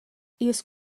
ils